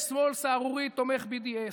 יש שמאל סהרורי, תומך BDS,